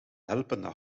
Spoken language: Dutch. helpende